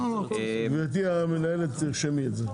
גברתי המנהלת, תרשמי את זה.